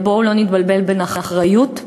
אבל בואו לא נתבלבל בין אחריות לאשמה.